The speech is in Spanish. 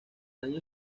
año